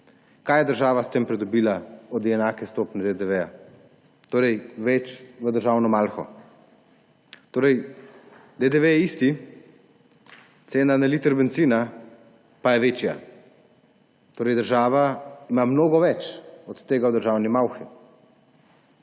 Kaj je država s tem pridobila od enake stopnje DDV? Več v državno malho. DDV je isti, cena na liter bencina pa je večja. Torej, država ima mnogo več od tega v državni malhi.